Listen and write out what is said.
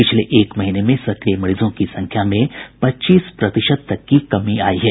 पिछले एक महीने में सक्रिय मरीजों की संख्या में पच्चीस प्रतिशत तक की कमी आई है